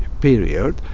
period